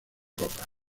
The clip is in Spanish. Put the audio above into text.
copas